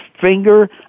finger